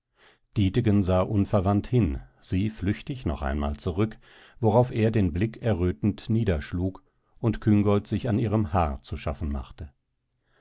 dietegen sah unverwandt hin sie flüchtig noch einmal zurück worauf er den blick errötend niederschlug und küngolt sich an ihrem haar zu schaffen machte